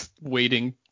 waiting